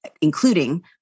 including